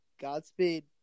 Godspeed